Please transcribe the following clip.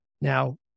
Now